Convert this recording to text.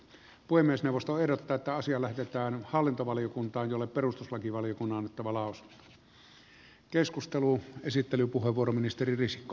puhemiesneuvosto ehdottaa että asia lähetetään hallintovaliokuntaan jolle perustuslakivaliokunnan on annettava lausunto